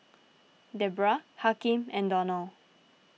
Deborrah Hakim and Donal